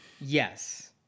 yes